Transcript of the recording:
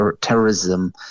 terrorism